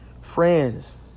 friends